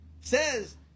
says